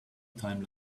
time